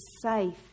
safe